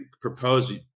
proposed